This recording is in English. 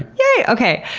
yay! okay.